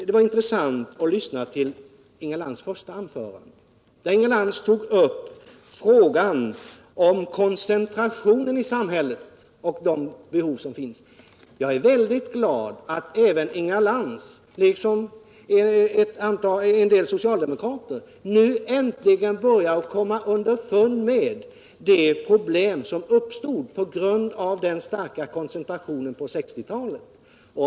Det var intressant att lyssna till Inga Lantz första anförande, där hon tog upp frågan om koncentrationen i samhället och de behov som finns. Jag är väldigt glad över att Inga Lantz liksom en del socialdemokrater nu äntligen börjar komma underfund med de problem som uppstod på grund av den starka koncentrationen under 1960-talet.